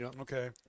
Okay